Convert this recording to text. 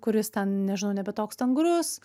kuris ten nežinau nebe toks stangrus